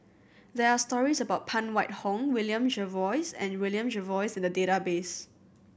there are stories about Phan Wait Hong William Jervois and William Jervois in the database